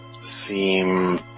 seem